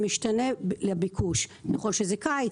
שמשתנה בהתאם לביקוש חודשי קיץ,